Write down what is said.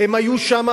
הם היו שם,